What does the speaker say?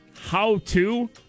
how-to